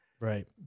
right